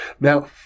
Now